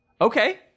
Okay